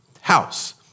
house